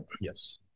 Yes